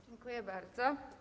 Dziękuję bardzo.